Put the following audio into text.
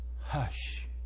hush